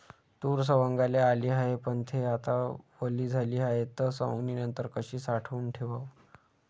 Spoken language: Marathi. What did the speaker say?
तूर सवंगाले आली हाये, पन थे आता वली झाली हाये, त सवंगनीनंतर कशी साठवून ठेवाव?